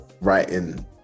writing